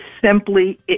simply